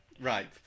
Right